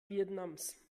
vietnams